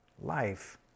life